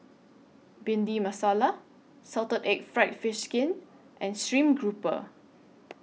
Bhindi Masala Salted Egg Fried Fish Skin and Stream Grouper